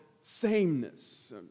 sameness